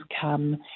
come